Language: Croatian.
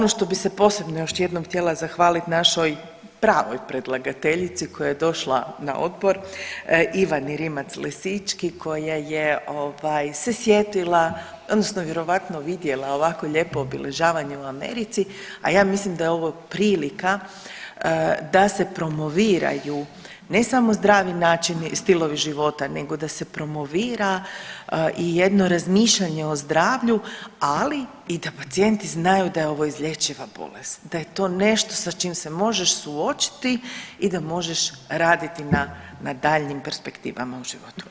Ono što bih se posebno još jednom htjela zahvaliti našoj pravoj predlagateljici koja je došla na odbor Ivani Rimac Lisički koja se sjetila, odnosno vjerojatno vidjela ovako lijepo obilježavanje u Americi, a ja mislim da je ovo prilika da se promoviraju ne samo zdravi stilovi života, nego da se promovira i jedno razmišljanje o zdravlju ali i da pacijenti znaju da je ovo izlječiva bolest, da je to nešto sa čim se možeš suočiti i da možeš raditi na daljnjim perspektivama u životu.